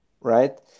right